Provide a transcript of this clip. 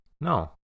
No